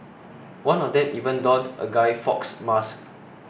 one of them even donned a Guy Fawkes mask